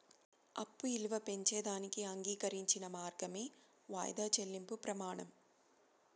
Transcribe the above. అప్పు ఇలువ పెంచేదానికి అంగీకరించిన మార్గమే వాయిదా చెల్లింపు ప్రమానం